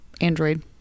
Android